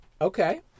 Okay